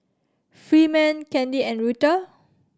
Freeman Candi and Rutha